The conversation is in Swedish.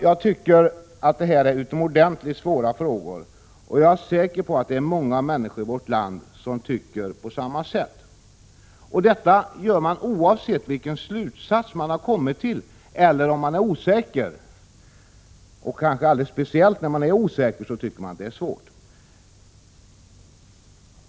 Jag tycker att det här är utomordentligt svåra frågor, och jag är säker på att det är många människor i vårt land som tycker på samma sätt. Detta gör man oavsett vilken slutsats man har kommit fram till eller om man är osäker, kanske alldeles särskilt om man är osäker.